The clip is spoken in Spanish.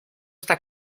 esta